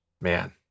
man